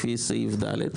לפי סעיף ד",